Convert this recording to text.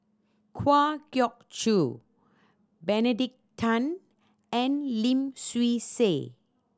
Kwa Geok Choo Benedict Tan and Lim Swee Say